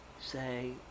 say